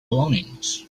belongings